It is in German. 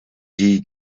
die